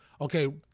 okay